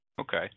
Okay